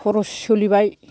खरस सोलिबाय